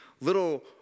little